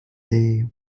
day